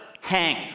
hang